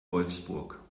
wolfsburg